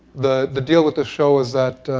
the the deal with this show is that